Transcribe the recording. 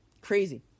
crazy